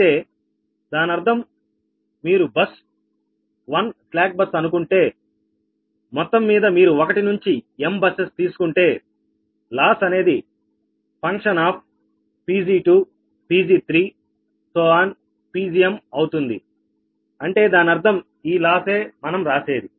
అయితే దాని అర్థం మీరు బస్సు 1 స్లాక్ బస్సు అనుకుంటే మొత్తం మీద మీరు 1 నుంచి m బస్సెస్ తీసుకుంటే క్లాస్ అనేది function of Pg2 Pg3 Pgm అవుతుంది అంటే దాని అర్థం ఇలానే మనం రాసేది